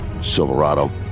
Silverado